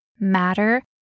matter